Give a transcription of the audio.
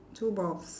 two balls